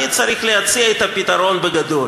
אני צריך להציע את הפתרון בגדול.